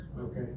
Okay